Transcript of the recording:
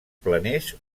planers